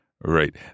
Right